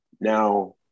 now